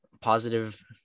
positive